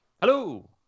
Hello